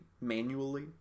manually